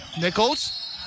Nichols